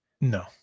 No